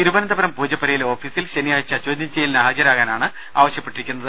തിരുവനന്തപുരം പൂജപ്പുരയിലെ ഓഫീസിൽ ശനിയാഴ്ച ചോദ്യം ചെയ്യലിന് ഹാജരാകാനാണ് ആവശ്യപ്പെട്ടിരിക്കുന്നത്